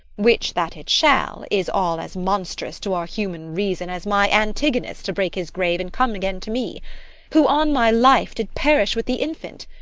which that it shall, is all as monstrous to our human reason as my antigonus to break his grave and come again to me who, on my life, did perish with the infant.